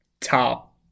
top